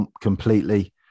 completely